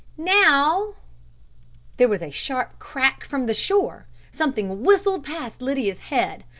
now there was a sharp crack from the shore something whistled past lydia's head,